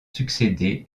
succédé